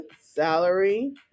salary